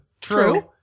true